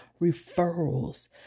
Referrals